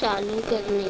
चालू करणे